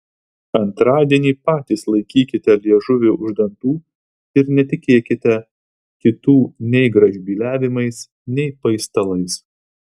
antradienį patys laikykite liežuvį už dantų ir netikėkite kitų nei gražbyliavimais nei paistalais